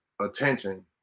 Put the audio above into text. attention